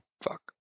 Fuck